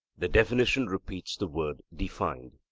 the definition repeats the word defined.